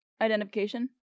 identification